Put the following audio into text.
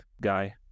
guy